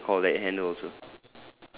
ya you can call that handle also